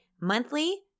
monthly